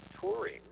touring